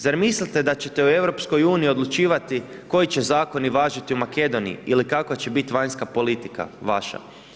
Zar mislite da ćete u EU odlučivati koji će zakoni važiti u Makedoniji ili kakva će biti vanjska politika vaša?